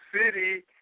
city